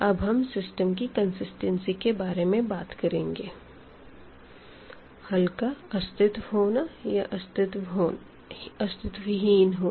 अब हम सिस्टम की कन्सिस्टेन्सी के बारे में बात करेंगे हल का अस्तित्व होना या अस्तित्वहीन होना